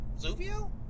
Zuvio